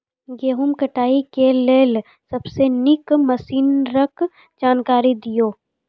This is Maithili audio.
गेहूँ कटाई के लेल सबसे नीक मसीनऽक जानकारी दियो?